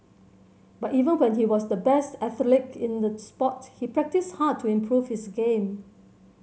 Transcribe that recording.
but even when he was the best athlete in the sport he practised hard to improve his game